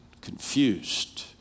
confused